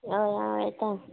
अय आंव येता